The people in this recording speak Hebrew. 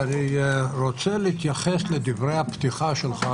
אני רוצה להתייחס לדברי הפתיחה שלך,